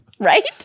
Right